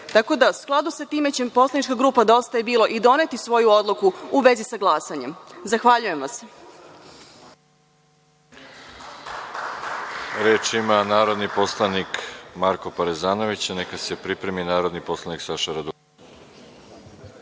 da u skladu sa tim će poslanička grupa Dosta je bilo i doneti svoju odluku u vezi sa glasanjem. Zahvaljujem se.